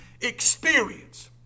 experience